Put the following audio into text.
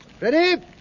Ready